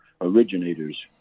originators